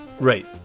Right